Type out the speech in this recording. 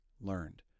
learned